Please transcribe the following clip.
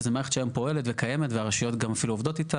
אז זו מערכת שהיום פועלת וקיימת והרשויות גם אפילו עובדות איתה,